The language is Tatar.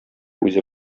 үзе